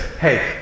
hey